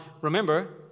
remember